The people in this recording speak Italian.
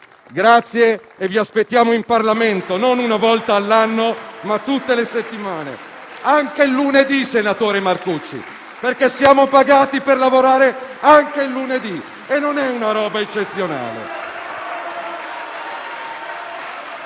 Vi aspettiamo in Parlamento non una volta all'anno, ma tutte le settimane; anche il lunedì, senatore Marcucci: siamo pagati per lavorare anche il lunedì e non è una roba eccezionale.